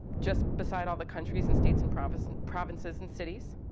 just beside all the countries and states and provinces provinces and cities.